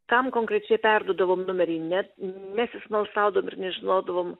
kam konkrečiai perduodavom numerį net nesismalsaudavom ir nežinodavom